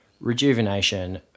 rejuvenation